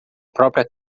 própria